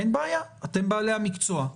אין בעיה, אתם בעלי המקצוע,